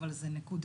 אבל זה נקודתית,